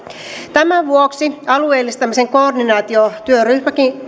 tämän vuoksi alueellistamisen koordinaatiotyöryhmä